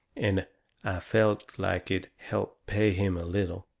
and i felt like it helped pay him a little.